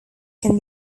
can